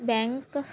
bank